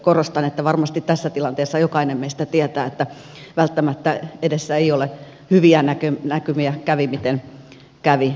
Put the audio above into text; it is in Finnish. korostan että varmasti tässä tilanteessa jokainen meistä tietää että välttämättä edessä ei ole hyviä näkymiä kävi miten kävi kaikkinensa